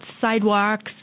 sidewalks